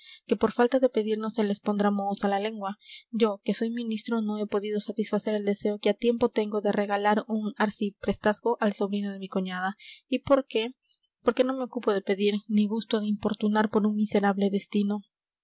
que por falta de pedir no se les pondrá mohosa la lengua yo que soy ministro no he podido satisfacer el deseo que ha tiempo tengo de regalar un arciprestazgo al sobrino de mi cuñada y por qué porque no me ocupo de pedir ni gusto de importunar por un miserable destino